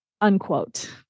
Unquote